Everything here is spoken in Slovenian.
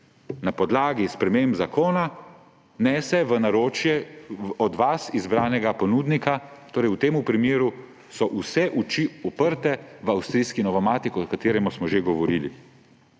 na podlagi sprememb zakona nese v naročje od vas izbranega ponudnika. Torej v tem primeru so vse oči uprte v avstrijski Novomatic, o katerem smo že govorili.